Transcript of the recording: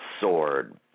sword